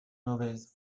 mauvaises